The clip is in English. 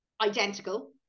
identical